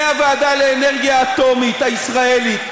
מהוועדה לאנרגיה אטומית הישראלית,